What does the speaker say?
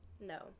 No